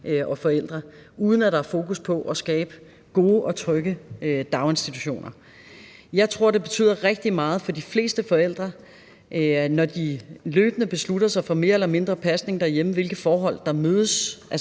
og forældre, uden at der er fokus på at skabe gode og trygge daginstitutioner. Jeg tror, det betyder rigtig meget for de fleste forældre, når de løbende beslutter sig for mere eller mindre pasning derhjemme, hvilke forhold de mødes